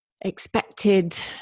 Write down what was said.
expected